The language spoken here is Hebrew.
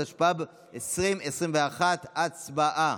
התשפ"ב 2021. הצבעה.